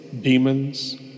demons